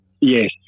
yes